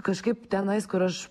kažkaip tenais kur aš